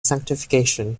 sanctification